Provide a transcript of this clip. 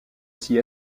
s’y